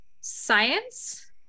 science